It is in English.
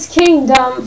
kingdom